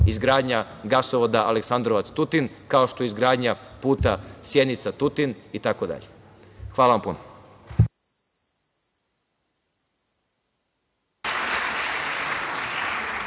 izgradnja gasovoda Aleksandrovac – Tutin, kao što je izgradnja puta Sjenica – Tutin itd. Hvala vam puno.